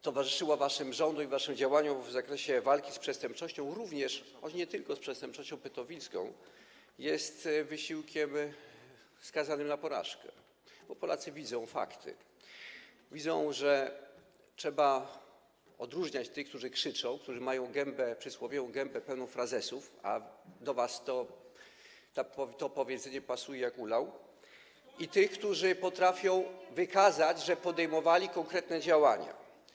towarzyszyła waszym rządom i waszym działaniom w zakresie walki z przestępczością, również, choć nie tylko z przestępczością pedofilską, jest wysiłkiem skazanym na porażkę, bo Polacy widzą fakty, widzą, że trzeba odróżniać tych, którzy krzyczą, którzy mają gębę, przysłowiową gębę pełną frazesów, a do was to powiedzenie pasuje jak ulał, od tych, którzy potrafią wykazać, że podejmowali konkretne działania.